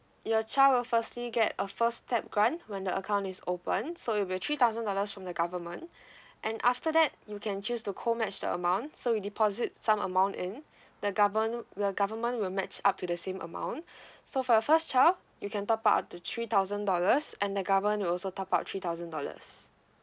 your child will firstly get a first step grant when the account is open so it will be three thousand dollars from the government and after that you can choose to co match the amount so we deposit some amount in the government the government will match up to the same amount so for your first child you can top up to three thousand dollars and the government will also top up three thousand dollars